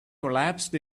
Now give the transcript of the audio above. collapsed